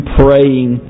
praying